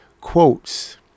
quotes